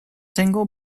single